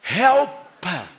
helper